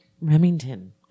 Remington